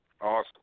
Awesome